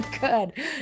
Good